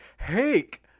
Hake